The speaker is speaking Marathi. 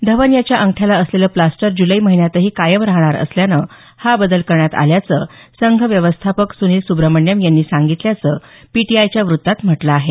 धवन याच्या अंगठ्याला असलेलं प्लास्टर जुलै महिन्यातही कायम राहणार असल्यानं हा बदल करण्यात आल्याचं संघ व्यवस्थापक सुनील सुब्रह्मण्यम यांनी सांगितल्याचं पीटीआयच्या वृत्तात म्हटलं आहे